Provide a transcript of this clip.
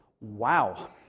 Wow